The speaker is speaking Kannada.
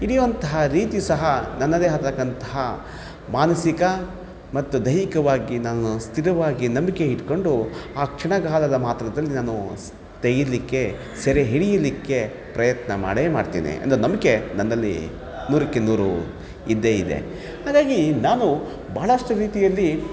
ಹಿಡಿಯುವಂಥಹ ರೀತಿ ಸಹ ನನ್ನದೇ ಆದಕ್ಕಂಥಹ ಮಾನಸಿಕ ಮತ್ತು ದೈಹಿಕವಾಗಿ ನಾನು ಸ್ಥಿರವಾಗಿ ನಂಬಿಕೆ ಇಟ್ಕೊಂಡು ಆ ಕ್ಷಣಗಾಲದ ಮಾತ್ರದಲ್ಲಿ ನಾನು ತೆಗಿಲಿಕ್ಕೆ ಸೆರೆ ಹಿಡಿಯಲಿಕ್ಕೆ ಪ್ರಯತ್ನ ಮಾಡೇ ಮಾಡ್ತಿನಿ ಅನ್ನೊದ ನಂಬಿಕೆ ನನ್ನಲ್ಲಿ ನೂರಕ್ಕೆ ನೂರು ಇದ್ದೇ ಇದೆ ಹಾಗಾಗಿ ನಾನು ಬಹಳಷ್ಟು ರೀತಿಯಲ್ಲಿ